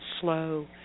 slow